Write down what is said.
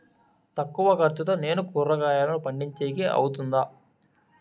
తక్కువ ఖర్చుతో నేను కూరగాయలను పండించేకి అవుతుందా?